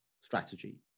strategy